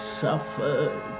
suffered